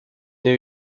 new